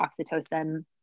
oxytocin